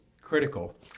critical